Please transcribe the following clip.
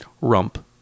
rump